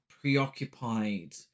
preoccupied